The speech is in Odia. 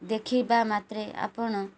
ଦେଖିବା ମାତ୍ରେ ଆପଣ